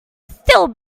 still